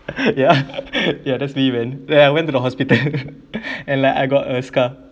ya ya that's me man then I went to the hospital and like I got a scar